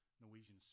Norwegian